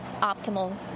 optimal